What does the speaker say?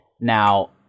Now